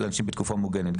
לאנשים בתקופה מוגנת,